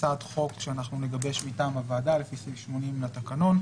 אני גם יושב-ראש ועדת המשנה לחקיקה,